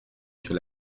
sur